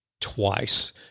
twice